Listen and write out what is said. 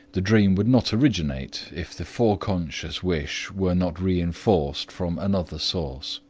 the dream would not originate if the foreconscious wish were not reinforced from another source.